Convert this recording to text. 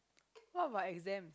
what about exam